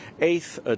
eighth